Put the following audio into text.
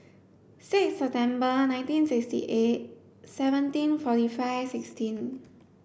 six September nineteen sixty eight seventeen forty five sixteen